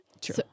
true